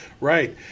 Right